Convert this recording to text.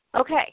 Okay